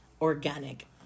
Organic